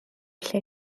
lle